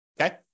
okay